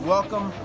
Welcome